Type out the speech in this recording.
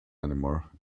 anymore